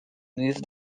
move